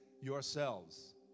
yourselves